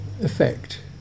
effect